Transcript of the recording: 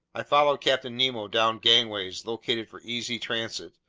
i followed captain nemo down gangways located for easy transit,